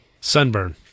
Sunburn